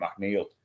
McNeil